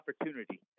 opportunity